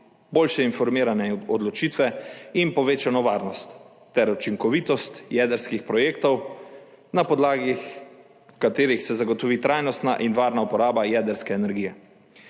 boljše informirane o odločitvah in povečano varnost ter učinkovitost jedrskih projektov, na podlagi katerih se zagotovi trajnostna in varna uporaba jedrske energije